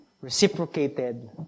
reciprocated